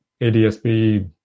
ADSB